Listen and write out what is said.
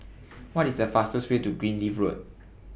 What IS The fastest Way to Greenleaf Road